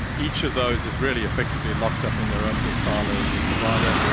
each of those is really effectively locked up in their own little silo of the provider.